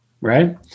Right